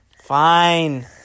Fine